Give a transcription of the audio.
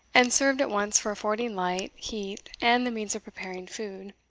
and served at once for affording light, heat, and the means of preparing food.